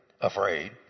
afraid